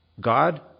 God